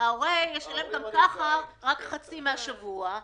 ההורה ישלם גם ככה רק חצי מהשבוע,